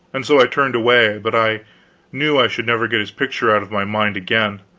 and so i turned away but i knew i should never get his picture out of my mind again,